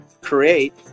create